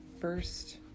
first